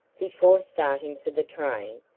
before starting for the train,